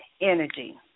energy